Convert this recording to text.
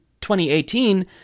2018